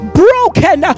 broken